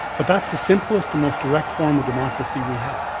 but that's the simplest and most direct form of democracy we have.